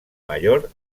mayor